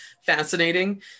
fascinating